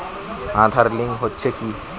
Aadhaar link হচ্ছে কি?